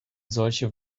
solche